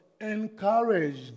encouraged